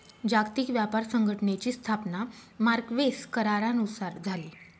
जागतिक व्यापार संघटनेची स्थापना मार्क्वेस करारानुसार झाली